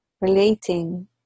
relating